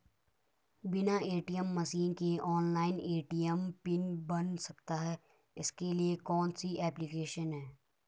बिना ATM machine के online ATM pin बन सकता है इसके लिए कोई ऐप्लिकेशन है?